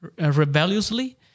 rebelliously